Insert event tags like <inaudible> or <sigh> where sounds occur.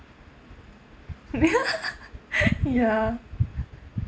ya <laughs> <breath> ya